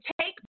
take